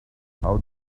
how